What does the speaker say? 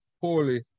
holy